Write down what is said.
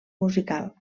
musical